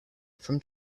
from